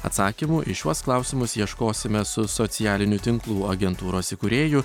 atsakymų į šiuos klausimus ieškosime su socialinių tinklų agentūros įkūrėju